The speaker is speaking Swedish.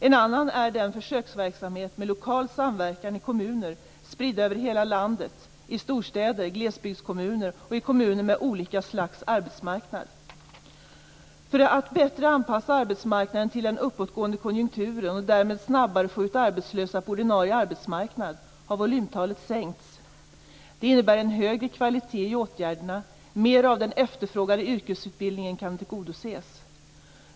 En annan är den försöksverksamhet med lokal samverkan i kommuner spridda över hela landet, i storstäder, i glesbygdskommuner och i kommuner med olika slags arbetsmarknad. För att bättre anpassa arbetsmarknaden till den uppåtgående konjunkturen och därmed snabbare få ut arbetslösa på ordinarie arbetsmarknad har volymtalet sänkts. Det innebär en högre kvalitet i åtgärderna och att mer av den efterfrågade yrkesutbildningen kan tillgodoses.